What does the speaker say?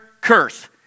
curse